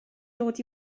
dod